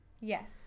Yes